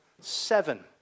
seven